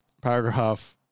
Paragraph